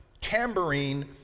tambourine